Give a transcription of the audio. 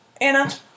Anna